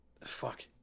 fuck